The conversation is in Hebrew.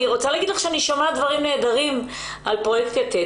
אני רוצה להגיד לך שאני שומעת דברים נהדרים על פרויקט "יתד",